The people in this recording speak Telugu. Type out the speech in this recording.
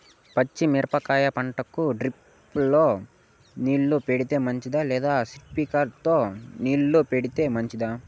పచ్చి మిరపకాయ పంటకు డ్రిప్ తో నీళ్లు పెడితే మంచిదా లేదా స్ప్రింక్లర్లు తో నీళ్లు పెడితే మంచిదా?